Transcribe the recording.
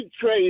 trade